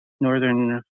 Northern